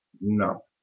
No